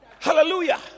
hallelujah